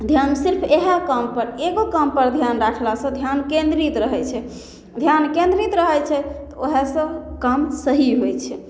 धिआन सिर्फ इएह कामपर एगो कामपर धिआन राखलासँ धिआन केन्द्रित रहै छै धिआन केन्द्रित रहै छै तऽ ओहेसँ काम सही होइ छै